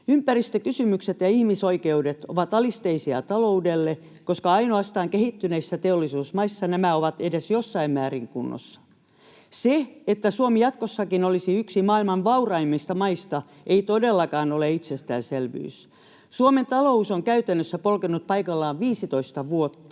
Ympäristökysymykset ja ihmisoikeudet ovat alisteisia taloudelle, koska ainoastaan kehittyneissä teollisuusmaissa nämä ovat edes jossain määrin kunnossa. Se, että Suomi jatkossakin olisi yksi maailman vauraimmista maista, ei todellakaan ole itsestäänselvyys. Suomen talous on käytännössä polkenut paikallaan 15 vuotta.